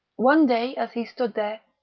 one day, as he stood there,